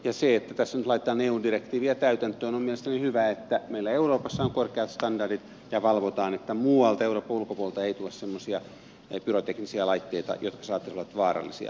se että tässä nyt laitetaan eun direktiiviä täytäntöön on mielestäni hyvä että meillä euroopassa on korkeat standardit ja valvotaan että muualta euroopan ulkopuolelta ei tule semmoisia pyroteknisiä laitteita jotka saattaisivat olla vaarallisia